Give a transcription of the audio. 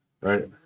right